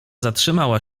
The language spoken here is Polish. zatrzymała